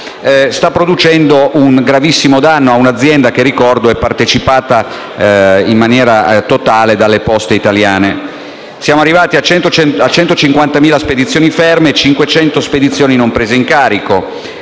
stanno producendo un gravissimo danno ad un'azienda che è partecipata in maniera totale dalle Poste italiane. Siamo arrivati a 150.000 spedizioni ferme e 500 spedizioni non prese in carico.